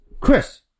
Chris